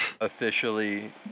officially